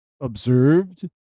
observed